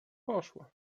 poszła